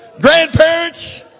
Grandparents